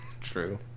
true